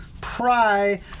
pry